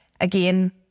again